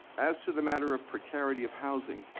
as to the matter of precarity of housing.